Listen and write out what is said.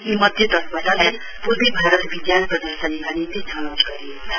यी मध्ये दसवटालाई पूर्वो भारत विज्ञान प्रदशर्नीका निम्ति छनौट गरिएको छ